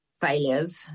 failures